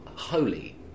holy